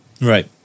Right